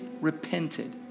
repented